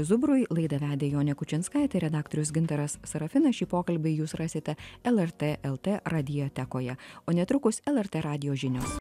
zubrui laidą vedė jonė kučinskaitė redaktorius gintaras sarafinas šį pokalbį jūs rasite lrt lt radiotekoje o netrukus lrt radijo žinios